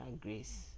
grace